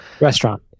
Restaurant